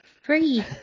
Free